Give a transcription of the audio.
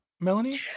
melanie